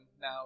now